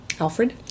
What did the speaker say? Alfred